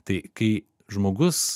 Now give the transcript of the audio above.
tai kai žmogus